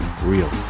real